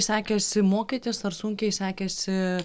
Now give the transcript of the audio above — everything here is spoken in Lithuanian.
sekėsi mokytis ar sunkiai sekėsi